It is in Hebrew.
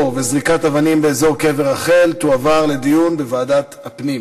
וזריקת אבנים באזור קבר רחל תועבר לדיון בוועדת הפנים.